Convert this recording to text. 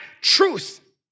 truth